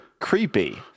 creepy